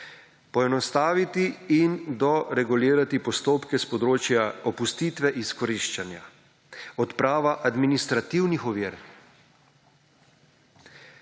poenostaviti in doregulirati postopke s področja opustitve izkoriščanja, odprava administrativnih ovir,